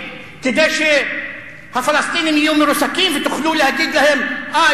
כדי שהפלסטינים יהיו מרוסקים ותוכלו להגיד להם: אה,